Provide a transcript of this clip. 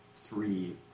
three